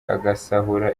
agasahura